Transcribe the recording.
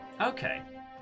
Okay